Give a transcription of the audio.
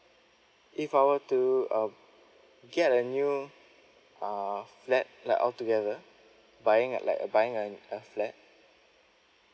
if I were to uh get a new uh flat like altogether buying at like a buying an a flat